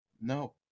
no